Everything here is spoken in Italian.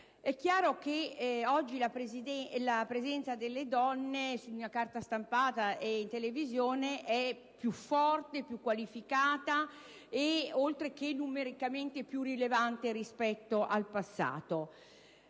femminile. Oggi la presenza delle donne sulla carta stampata e in televisione è più forte e più qualificata, oltre che numericamente più rilevante rispetto al passato;